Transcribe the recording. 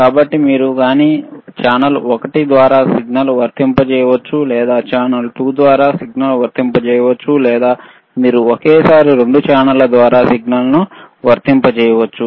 కాబట్టి మీరు గాని ఛానల్ ఒకటి ద్వారా సిగ్నల్ వర్తింపజేయవచ్చు లేదా మీరు ఛానల్ 2 ద్వారా సిగ్నల్ వర్తింపజేయవచ్చు లేదా మీరు ఒకేసారి రెండు ఛానెల్ల ద్వారా సిగ్నల్ను వర్తింపజేయవచ్చు